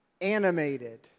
animated